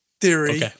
theory